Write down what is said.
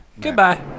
Goodbye